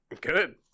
Good